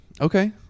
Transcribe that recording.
Okay